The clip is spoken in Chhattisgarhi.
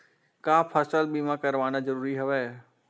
का फसल बीमा करवाना ज़रूरी हवय?